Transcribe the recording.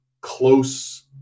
close